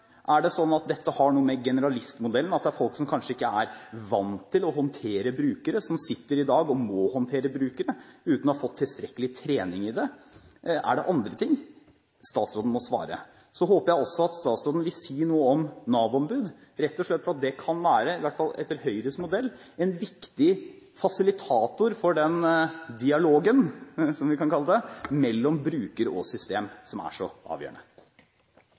Er det sånn at dette har noe med generalistmodellen å gjøre, at det er folk som kanskje ikke er vant til å håndtere brukere, og som sitter i dag og må håndtere brukere uten å ha fått tilstrekkelig trening i det? Eller er det andre ting? Statsråden må svare. Så håper jeg også at statsråden vil si noe om Nav-ombud, rett og slett fordi det kan være – etter Høyres modell – en viktig fasilitator for dialogen mellom bruker og system, som er så avgjørende.